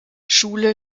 schule